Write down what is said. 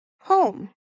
home